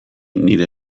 nire